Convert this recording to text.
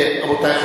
רבותי,